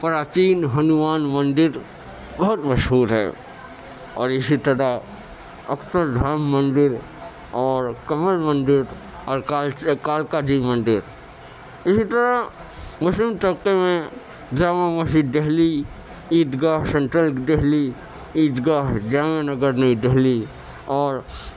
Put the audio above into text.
پراچین ہنومان مندر بہت مشہور ہے اور اسی طرح اکشردھام مندر اور کمل مندر اور کالس کالکا جی مندر اسی طرح مسلم طبقے میں جامع مسجد دہلی عید گاہ سینٹرل دہلی عید گاہ جامعہ نگر نئی دہلی اور